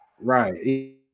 Right